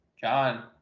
John